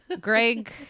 Greg